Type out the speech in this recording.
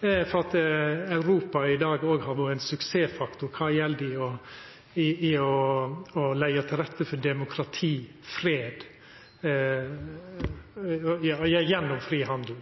for at Europa i dag òg har vore ein suksessfaktor kva gjeld å leggja til rette for demokrati og fred gjennom fri handel.